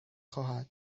خواهد